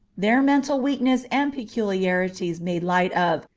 their mental weakness and peculiarities made light of,